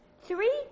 three